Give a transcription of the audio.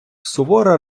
сувора